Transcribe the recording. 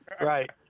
Right